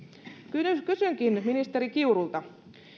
kysynkin ministeri kiurulta